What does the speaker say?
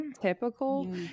Typical